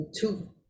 two